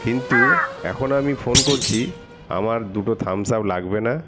কিন্তু এখন আমি ফোন করছি আমার দুটো থামস আপ লাগবে না